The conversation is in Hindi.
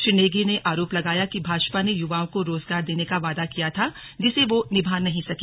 श्री नेगी ने आरोप लगाया कि भाजपा ने युवाओं को रोजगार देने का वादा किया था जिसे वो निभा नहीं सकी